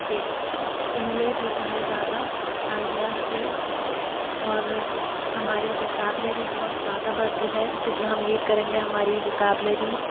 ایک اسٹلیملیٹ ہوتا ہے زیادہ آئیڈیاز سے اور ہماری وکیبلری بہت زیادہ بڑھتی ہے جتنا ہم ریڈ کریں گے ہماری وکیبلری